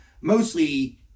mostly